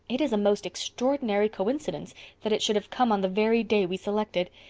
it is a most extraordinary coincidence that it should have come on the very day we selected.